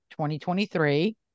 2023